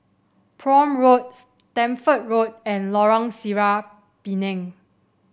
Prome Road Stamford Road and Lorong Sireh Pinang